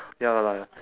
ya lah